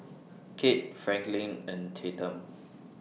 Kale Franklin and Tatum